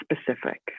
specific